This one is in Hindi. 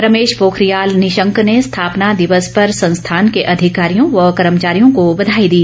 रमेश पोखरियाल निशंक ने स्थापना दिवस पर संस्थान के अधिकारियों व कर्मचारियों का बधाई दी